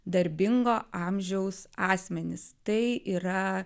darbingo amžiaus asmenys tai yra